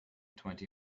twenty